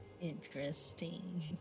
Interesting